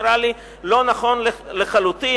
נראה לי לא נכון לחלוטין,